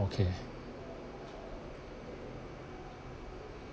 okay